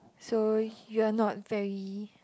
so you're not very